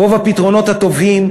רוב הפתרונות הטובים,